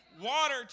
Water